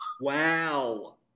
Wow